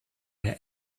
der